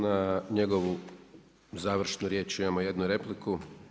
Na njegovu završnu riječ imamo jednu repliku.